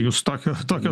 jūs tokio tokio